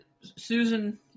susan